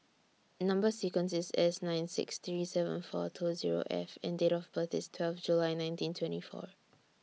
Number sequence IS S nine six three seven four two F and Date of birth IS twelve July nineteen twenty four